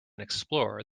explorer